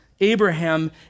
Abraham